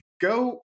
go